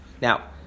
Now